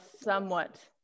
somewhat